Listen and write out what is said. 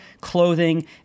clothing